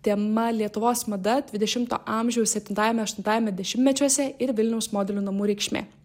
tema lietuvos mada dvidešimto amžiaus septintajame aštuntajame dešimtmečiuose ir vilniaus modelių namų reikšmė